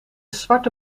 zwarte